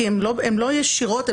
כי הן לא ישירות,